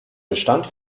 bestand